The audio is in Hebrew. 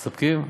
מסתפקים?